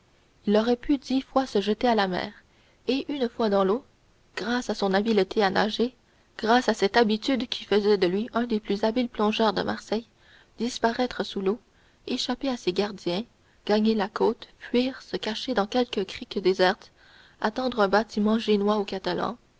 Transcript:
il aurait pu dix fois se jeter à la mer et une fois dans l'eau grâce à son habileté à nager grâce à cette habitude qui faisait de lui un des plus habiles plongeurs de marseille disparaître sous l'eau échapper à ses gardiens gagner la côte fuir se cacher dans quelque crique déserte attendre un bâtiment génois ou catalan